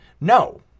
no